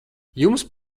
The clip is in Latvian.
jums